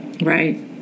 Right